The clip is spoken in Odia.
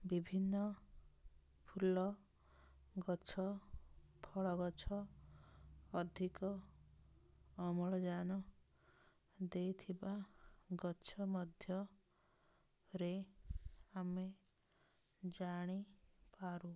ବିଭିନ୍ନ ଫୁଲ ଗଛ ଫଳ ଗଛ ଅଧିକ ଅମ୍ଳଜାନ ଦେଇଥିବା ଗଛ ମଧ୍ୟରେ ଆମେ ଜାଣିପାରୁ